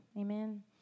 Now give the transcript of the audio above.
amen